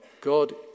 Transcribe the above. God